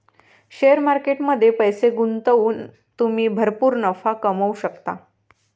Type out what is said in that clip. share market मध्ये पैसे गुंतवून तुम्ही भरपूर नफा कमवू शकता